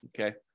Okay